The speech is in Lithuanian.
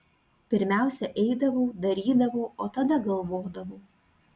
pirmiausia eidavau darydavau o tada galvodavau